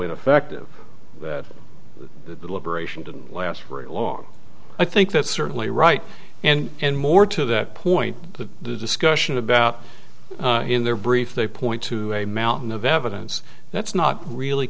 ineffective that the deliberation didn't last very long i think that's certainly right and more to that point the the discussion about in their brief they point to a mountain of evidence that's not really